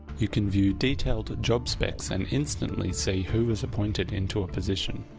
you can view detailed job specs. and instantly see who is appointed into a position.